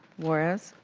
juarez.